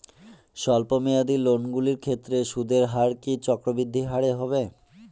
স্বল্প মেয়াদী লোনগুলির ক্ষেত্রে সুদের হার কি চক্রবৃদ্ধি হারে হবে?